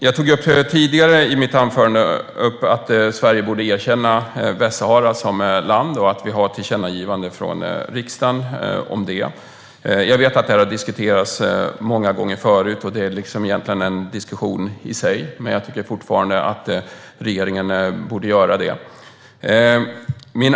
Jag tog upp i mitt tidigare inlägg att Sverige borde erkänna Västsahara som land. Det finns ett tillkännagivande från riksdagen i den frågan. Jag vet att frågan har diskuterats många gånger förr, men jag tycker fortfarande att regeringen borde göra det.